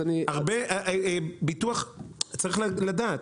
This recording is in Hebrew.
צריך לדעת,